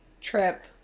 trip